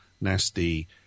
nasty